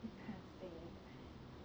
is kind of sad